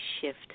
shift